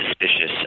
suspicious